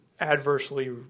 adversely